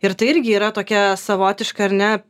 ir tai irgi yra tokia savotiška ar ne